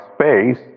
space